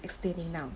explaining now